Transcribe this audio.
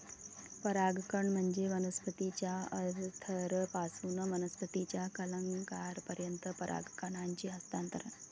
परागकण म्हणजे वनस्पतीच्या अँथरपासून वनस्पतीच्या कलंकापर्यंत परागकणांचे हस्तांतरण